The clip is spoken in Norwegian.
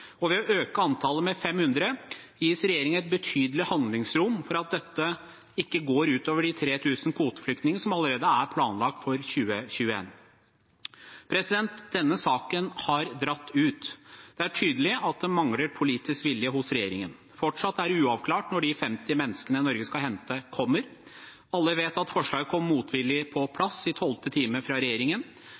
Ved å øke antallet med 500 gis regjeringen et betydelig handlingsrom for at dette ikke går ut over de 3 000 kvoteflyktningene som allerede er planlagt for 2021. Denne saken har dratt ut. Det er tydelig at det mangler politisk vilje i regjeringen. Fortsatt er det uavklart når de 50 menneskene Norge skal hente, kommer. Alle vet at forslaget kom motvillig på plass i tolvte time fra regjeringen.